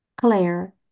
Claire